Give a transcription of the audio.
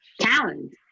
talent